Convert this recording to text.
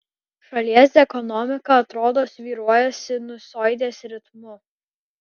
šalies ekonomika atrodo svyruoja sinusoidės ritmu